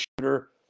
shooter